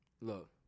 look